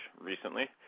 recently